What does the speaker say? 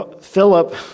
Philip